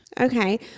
Okay